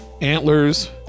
Antlers